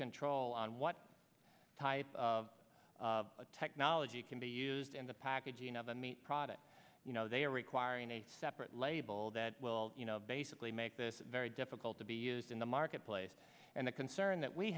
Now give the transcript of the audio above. control on what type of technology can be used in the packaging of a meat product you know they are requiring a separate label that will basically make this very difficult to be used in the marketplace and the concern that we